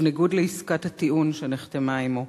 ובניגוד לעסקת הטיעון שנחתמה עמו.